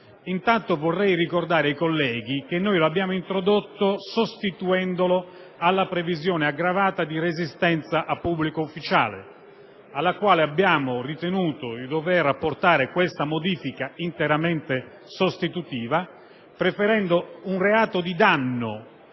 anzitutto ricordare ai colleghi che abbiamo introdotto tale norma sostituendola alla previsione aggravata di resistenza a pubblico ufficiale, alla quale abbiamo ritenuto di dover apportare questa modifica interamente sostitutiva preferendo un reato di danno